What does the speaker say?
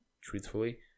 truthfully